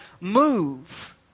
move